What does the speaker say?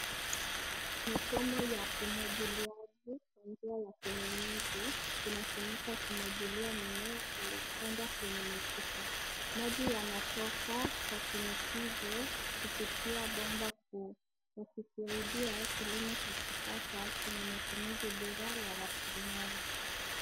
Mifumo ya umwagiliaji kwa njia ya vinyunyuzi inatumika kumwagilia mimea iliyopandwa kwenye mapipa. Maji yanatoka kwa shinikizo kupitia bomba kuu yakishuhudia kilimo cha kisasa chenya matumizi bora ya raslimali.